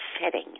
setting